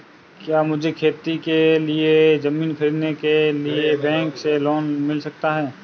क्या मुझे खेती के लिए ज़मीन खरीदने के लिए बैंक से लोन मिल सकता है?